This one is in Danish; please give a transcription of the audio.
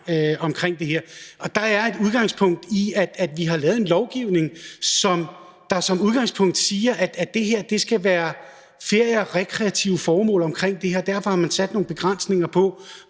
Det er sådan, at vi har lavet en lovgivning, der som udgangspunkt siger, at det her skal være til ferie og rekreative formål, og derfor har man sat nogle begrænsninger på,